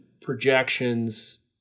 projections